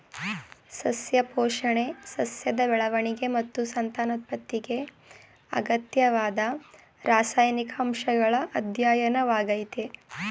ಸಸ್ಯ ಪೋಷಣೆ ಸಸ್ಯದ ಬೆಳವಣಿಗೆ ಮತ್ತು ಸಂತಾನೋತ್ಪತ್ತಿಗೆ ಅಗತ್ಯವಾದ ರಾಸಾಯನಿಕ ಅಂಶಗಳ ಅಧ್ಯಯನವಾಗಯ್ತೆ